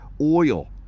oil